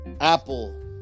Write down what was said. apple